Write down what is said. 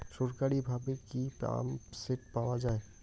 সরকারিভাবে কি পাম্পসেট পাওয়া যায়?